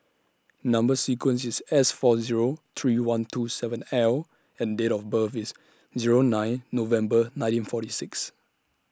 Number sequence IS S four Zero three one two seven L and Date of birth IS Zero nine November nineteen forty six